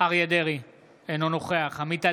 אריה מכלוף דרעי, אינו נוכח עמית הלוי,